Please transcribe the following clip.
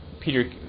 Peter